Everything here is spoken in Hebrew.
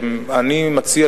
אני מציע,